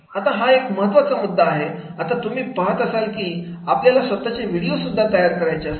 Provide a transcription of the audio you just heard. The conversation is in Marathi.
आता हा एक महत्त्वाचा मुद्दा आहे आता तुम्ही पहात असाल की आपल्याला स्वतःचे व्हिडिओ सुद्धा तयार करायचे असतात